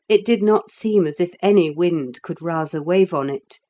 it did not seem as if any wind could rouse a wave on it,